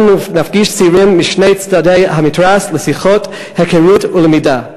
אנחנו נפגיש צעירים משני צדי המתרס לשיחות היכרות ולמידה.